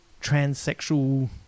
transsexual